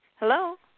hello